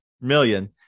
million